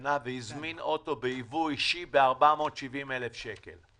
בשנה והזמין אוטו בייבוא אישי ב-470,000 שקל.